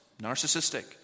Narcissistic